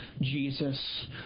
Jesus